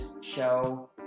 show